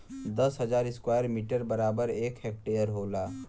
दस हजार square metre बराबर एक हेक्टेयर होला